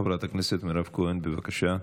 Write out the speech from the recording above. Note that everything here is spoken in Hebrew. חברת הכנסת מירב כהן, בבקשה.